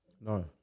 No